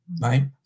Right